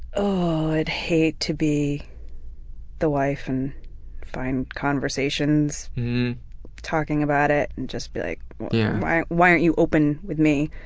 oh, i'd hate to be the wife and find conversations talking about it, and just be like why why aren't you open with me?